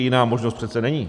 Jiná možnost přece není.